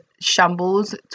shambles